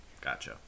Gotcha